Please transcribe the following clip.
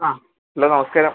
ആ ഹലോ നമസ്കാരം